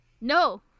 no